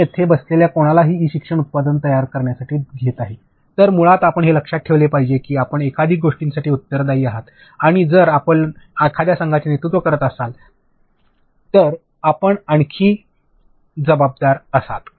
मी तिथे बसलेल्या कोणालाही ई शिक्षण उत्पादन तयार करण्यासाठी घेत आहे तर त्या मुळात आपण हे लक्षात ठेवले पाहिजे की आपण एकाधिक गोष्टींसाठी उत्तरदायी आहात आणि जर आपण एखाद्या संघाचे नेतृत्व करीत असाल तर आपण आणखी जबाबदार आहात